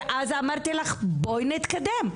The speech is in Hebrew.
אז אמרתי לך, בואי נתקדם.